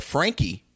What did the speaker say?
Frankie